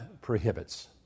prohibits